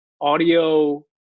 audio